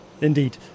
indeed